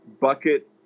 bucket